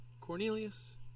Cornelius